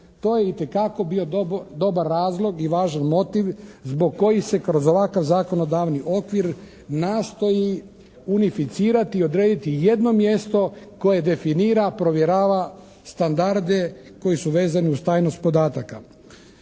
To je itekako bio dobar razlog i važan motiv zbog kojih se kroz ovakav zakonodavni okvir nastoji unificirati i odrediti jedno mjesto koje definira, provjerava standarde koji su vezani uz tajnost podataka.